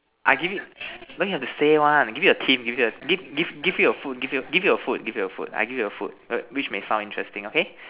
I give you no you have to say one give you a theme give you give give you a food give give you a food give you a food I give you a food which may sound interesting okay